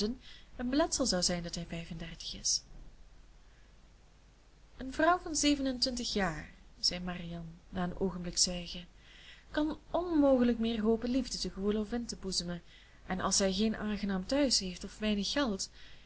een beletsel zou zijn dat hij vijf en dertig is een vrouw van zeven en twintig jaar zei marianne na een oogenblik zwijgens kan onmogelijk meer hopen liefde te gevoelen of in te boezemen en als zij geen aangenaam thuis heeft of weinig geld